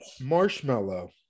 marshmallow